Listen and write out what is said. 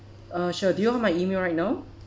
uh sure do you want my email right now